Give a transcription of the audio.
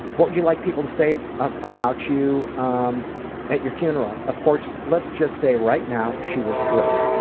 what would you like people to say ah um about you um at your funeral? of course let's just say right now she was brilliant.